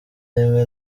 rimwe